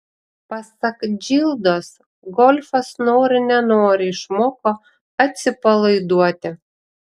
pasak džildos golfas nori nenori išmoko atsipalaiduoti